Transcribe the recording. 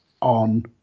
on